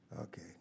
Okay